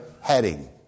heading